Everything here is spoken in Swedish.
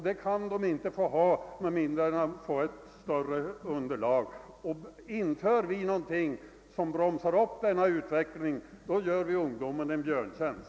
Det kan de inte få med mindre än att ett större brukningsunderlag åstadkommes. Inför vi något som bromsar upp denna utveckling, gör vi ungdomen en björntjänst.